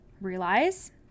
realize